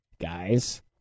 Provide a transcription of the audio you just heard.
guys